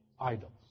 idols